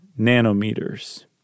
nanometers